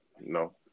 No